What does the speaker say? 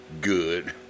good